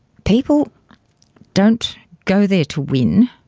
people don't go there to win,